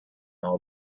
all